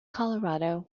colorado